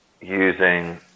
using